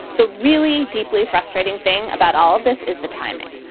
the really deeply frustrating thing about all of this is the timing,